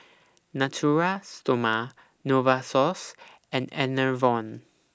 Natura Stoma Novosource and Enervon